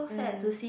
mm